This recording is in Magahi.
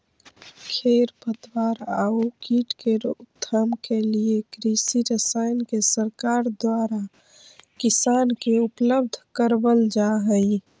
खेर पतवार आउ कीट के रोकथाम के लिए कृषि रसायन के सरकार द्वारा किसान के उपलब्ध करवल जा हई